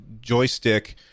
joystick